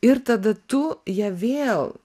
ir tada tu ją vėl